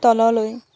তললৈ